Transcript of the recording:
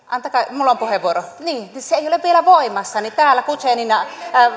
minulla on puheenvuoro niin se ei ole vielä voimassa ja täällä guzenina